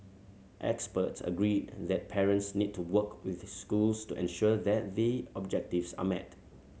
experts agree that parents need to work with schools to ensure that the objectives are met